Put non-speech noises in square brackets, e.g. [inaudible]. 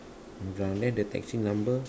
[noise] then the taxi number